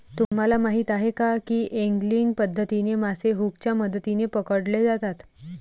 तुम्हाला माहीत आहे का की एंगलिंग पद्धतीने मासे हुकच्या मदतीने पकडले जातात